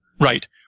Right